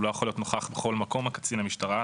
לא יכול להיות נוכח בכל מקום קצין המשטרה,